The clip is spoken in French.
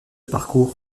parcours